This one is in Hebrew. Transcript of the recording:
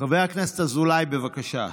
חבר הכנסת אזולאי, בבקשה.